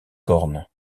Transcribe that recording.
cornes